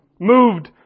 Moved